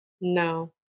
No